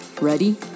Ready